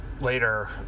Later